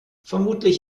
vermutlich